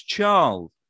Charles